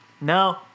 No